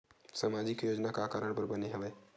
सामाजिक योजना का कारण बर बने हवे?